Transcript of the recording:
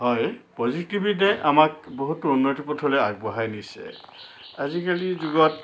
হয় প্ৰযুক্তিবিদ্যাই আমাক বহুতো উন্নতিৰ পথলৈ আগবঢ়াই নিছে আজিকালিৰ যুগত